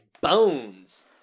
Bones